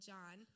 John